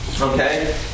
Okay